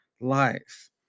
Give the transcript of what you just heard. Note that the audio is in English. life